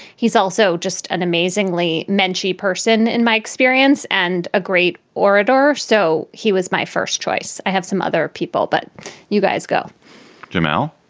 he's also just an amazingly munchy person, in my experience, and a great orator. so he was my first choice. i have some other people, but you guys go jamal,